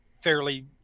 fairly